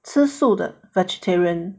吃素的 vegetarian